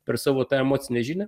per savo tą emocinę žinią